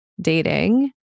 dating